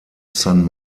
san